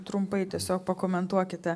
trumpai tiesiog pakomentuokite